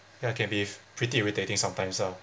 ya can be pretty irritating sometimes lah